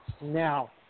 Now